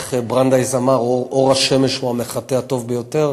איך ברנדייס אמר: אור השמש הוא המחטא הטוב ביותר.